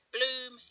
Bloom